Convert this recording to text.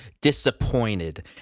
disappointed